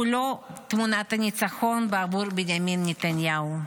לא תמונת ניצחון עבור בנימין נתניהו.